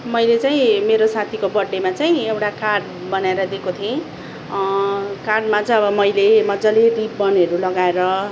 मैले चाहिँ मेरो साथीको बर्थडेमा चाहिँ एउटा कार्ड बनाएर दिएको थिएँ कार्डमा चाहिँ अब मैले मज्जाले रिबनहरू लगाएर